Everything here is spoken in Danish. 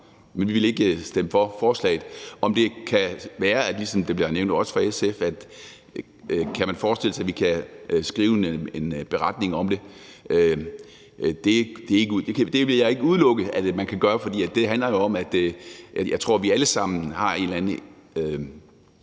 men vi vil ikke stemme for forslaget. Om det kan være sådan, som det også blev nævnt af SF, at man kan forestille sig, at vi kan skrive en beretning om det, vil jeg ikke udelukke man kan gøre, for det handler jo om, og det tror jeg vi alle sammen har et eller andet